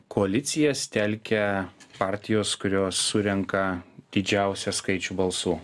koalicijas telkia partijos kurios surenka didžiausią skaičių balsų